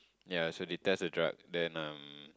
yea so they test the drug then um